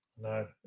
No